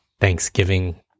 Thanksgiving